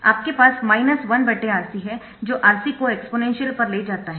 आपके पास 1 RC है जो RC को एक्सपोनेंशियल पर ले जाता है